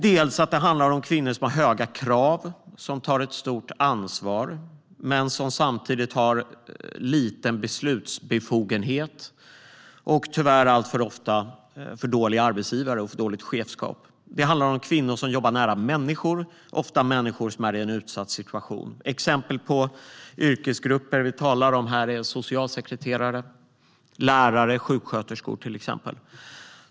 Det handlar om kvinnor som har höga krav på sig och som tar ett stort ansvar men som samtidigt har liten beslutsbefogenhet och tyvärr alltför ofta dåliga arbetsgivare och dåliga chefer. Det handlar om kvinnor som jobbar nära människor som ofta är i en utsatt situation. Exempel på yrkesgrupper är socialsekreterare, lärare och sjuksköterskor.